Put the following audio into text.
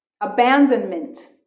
abandonment